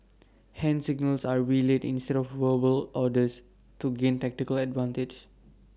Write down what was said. hand signals are relayed instead of verbal orders to gain tactical advantage